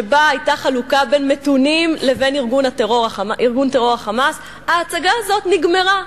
שבה היתה חלוקה בין מתונים לבין ארגון הטרור "חמאס" ההצגה הזאת נגמרה.